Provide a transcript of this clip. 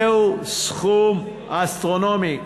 זהו סכום אסטרונומי.